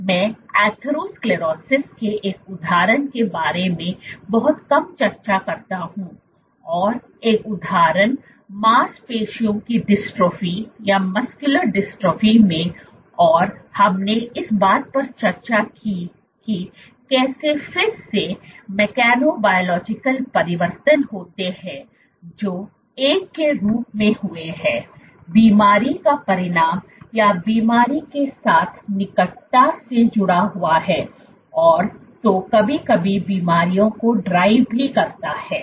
मैं एथेरोस्क्लेरोसिस के एक उदाहरण के बारे में बहुत कम चर्चा करता हूँ और एक उदाहरण मांसपेशियों की डिस्ट्रोफी में और हमने इस बात पर चर्चा की कि कैसे फिर से मैकेनोबायलॉजीकल परिवर्तन होते हैं जो एक के रूप में हुए हैं बीमारी का परिणाम या बीमारी के साथ निकटता से जुड़ा हुआ है तो कभी कभी बीमारी को ड्राइव करता है